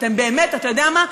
אתה יודע מה,